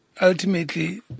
Ultimately